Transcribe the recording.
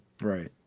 Right